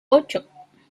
ocho